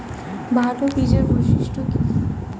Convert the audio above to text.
ভাল বীজের বৈশিষ্ট্য কী?